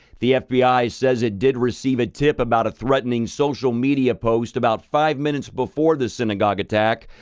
the fbi says it did receive a tip about a threatening social media post about five minutes before the synagogue attack,